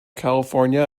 california